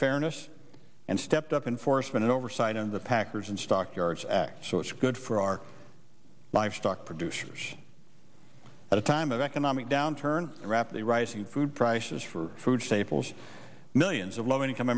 fairness and stepped up enforcement oversight of the packers and stockyards act so it's good for our livestock producers at a time of economic downturn rapidly rising food prices for food safe millions of low income